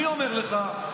אני אומר לך,